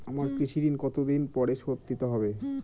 আমার কৃষিঋণ কতদিন পরে শোধ দিতে হবে?